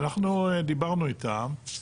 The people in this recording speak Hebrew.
אנחנו דיברנו איתם,